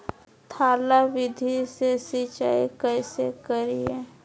थाला विधि से सिंचाई कैसे करीये?